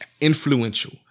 influential